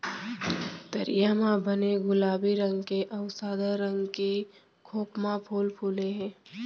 तरिया म बने गुलाबी रंग के अउ सादा रंग के खोखमा फूल फूले हे